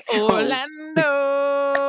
Orlando